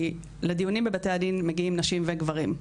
כי לדיונים בבתי הדין מגיעים נשים וגברים,